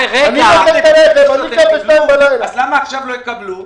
אני קם ב-2:00 לפנות בוקר.